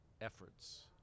efforts